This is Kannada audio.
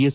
ಎಸ್